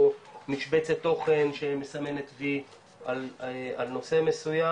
או משבצת תוכן שמסמנת וי על נושא מסוים,